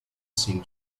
seen